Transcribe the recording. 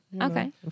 Okay